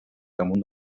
damunt